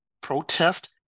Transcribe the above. protest